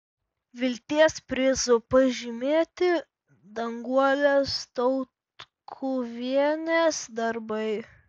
vilties prizu pažymėti danguolės tautkuvienės darbai